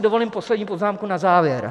Dovolím si poslední poznámku na závěr.